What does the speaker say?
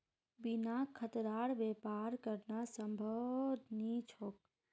बिना खतरार व्यापार करना संभव नी छोक